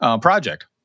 project